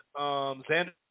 Xander